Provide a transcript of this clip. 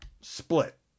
split